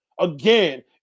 Again